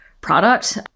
product